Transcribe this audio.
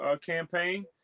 campaign